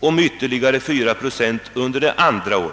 och med ytterligare 4 procent under det andra.